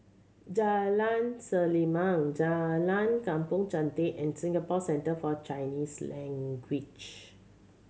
Jalan Selimang Jalan Kampong Chantek and Singapore Centre For Chinese Language